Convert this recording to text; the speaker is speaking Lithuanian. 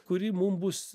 kuri mum bus